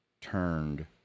turned